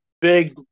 big